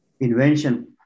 invention